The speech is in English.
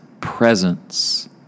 presence